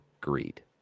greed